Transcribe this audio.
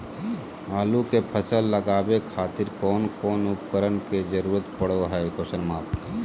आलू के फसल लगावे खातिर कौन कौन उपकरण के जरूरत पढ़ो हाय?